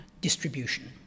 distribution